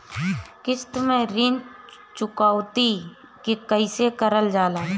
किश्त में ऋण चुकौती कईसे करल जाला?